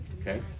okay